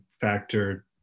factor